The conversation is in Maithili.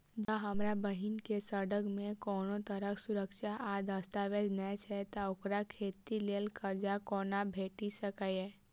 जँ हमरा बहीन केँ सङ्ग मेँ कोनो तरहक सुरक्षा आ दस्तावेज नै छै तऽ ओकरा खेती लेल करजा कोना भेटि सकैये?